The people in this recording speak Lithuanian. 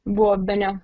buvo bene